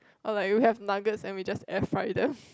or like you have nugget and we just air fry them